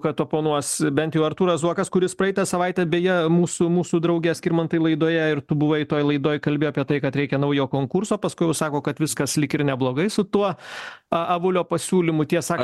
kad oponuos bent jau artūras zuokas kuris praeitą savaitę beje mūsų mūsų drauge skirmantai laidoje ir tu buvai toj laidoj kalbėjo apie tai kad reikia naujo konkurso paskui jau sako kad viskas lyg ir neblogai su tuo a avulio pasiūlymu tiesą